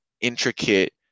intricate